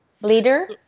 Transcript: Leader